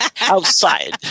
outside